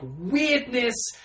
weirdness